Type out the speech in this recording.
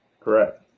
Correct